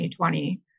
2020